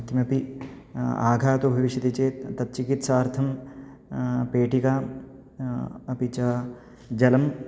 किमपि आघातो भविष्यति चेत् तत् चिकित्सार्थं पेटिका अपि च जलम्